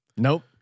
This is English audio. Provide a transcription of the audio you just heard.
Nope